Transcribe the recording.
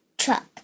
truck